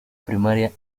primaria